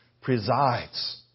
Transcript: presides